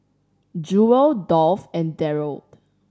Jewel Dolph and Darold